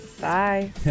Bye